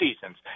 seasons